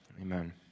amen